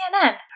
CNN